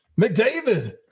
McDavid